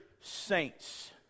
saints